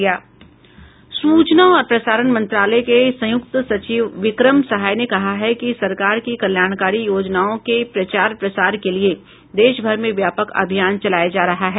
सूचना और प्रसारण मंत्रालय के संयुक्त सचिव विक्रम सहाय ने कहा है कि सरकार की कल्याणकारी योजनाओं के प्रचार प्रसार के लिए देश भर में व्यापक अभियान चलाया जा रहा है